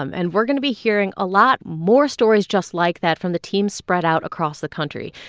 um and we're going to be hearing a lot more stories just like that from the teams spread out across the country.